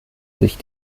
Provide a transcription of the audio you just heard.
sich